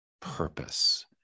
purpose